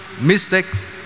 mistakes